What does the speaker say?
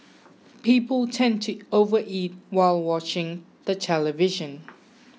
people tend to overeat while watching the television